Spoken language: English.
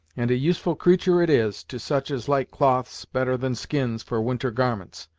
and a useful creatur' it is, to such as like cloths better than skins for winter garments.